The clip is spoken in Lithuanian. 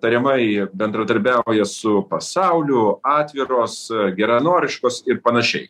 tariamai jie bendradarbiauja su pasauliu atviros geranoriškos ir panašiai